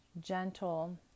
gentle